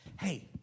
Hey